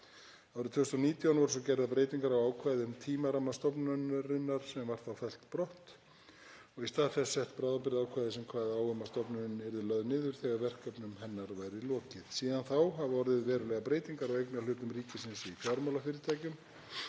Árið 2019 voru svo gerðar breytingar á ákvæði um tímaramma stofnunarinnar sem var þá fellt brott og í stað þess sett bráðabirgðaákvæði sem kvað á um að stofnunin yrði lögð niður þegar verkefnum hennar væri lokið. Síðan þá hafa orðið verulegar breytingar á eignarhlutum ríkisins í fjármálafyrirtækjum.